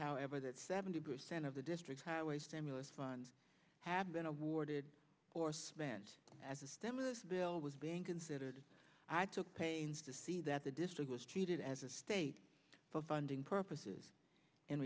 however that seventy percent of the district's highway stimulus funds have been awarded or spent as a stimulus bill was being considered i took pains to see that the district was treated as a state for funding purposes in